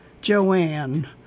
Joanne